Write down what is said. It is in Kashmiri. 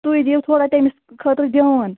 تُہۍ دِیو تھوڑا تٔمِس خٲطرٕ دِیان